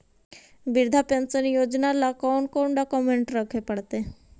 वृद्धा पेंसन योजना ल कोन कोन डाउकमेंट रखे पड़तै?